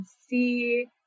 see